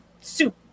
soup